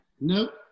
Nope